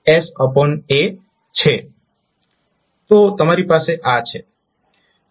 તો તમારી પાસે આ છે